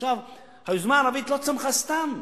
עכשיו, היוזמה הערבית לא צמחה סתם.